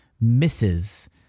misses